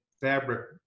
fabric